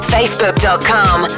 Facebook.com